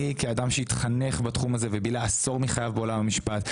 אני כאדם שהתחנך בתחום הזה ובילה עשור מחייו בעולם המשפט,